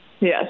Yes